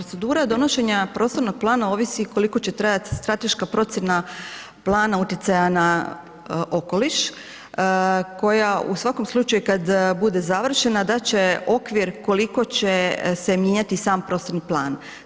Procedura donošenja prostornog plana ovisi koliko će trajati strateška procjena plana utjecaja na okoliš, koja u svakom slučaju kad bude završena dat će okvir koliko će se mijenjati sam prostorni plan.